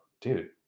dude